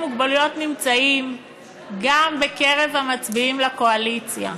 מוגבלויות נמצאים גם בקרב המצביעים לקואליציה.